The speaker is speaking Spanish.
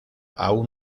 aun